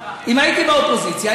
אם הייתי באופוזיציה,